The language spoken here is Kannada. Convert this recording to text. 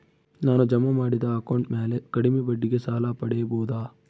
ನಾನು ಜಮಾ ಮಾಡಿದ ಅಕೌಂಟ್ ಮ್ಯಾಲೆ ಕಡಿಮೆ ಬಡ್ಡಿಗೆ ಸಾಲ ಪಡೇಬೋದಾ?